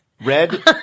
Red